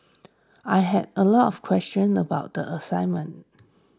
I had a lot of questions about the assignment